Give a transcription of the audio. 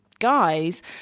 guys